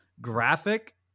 graphic